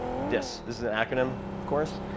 this is an acronym, of course.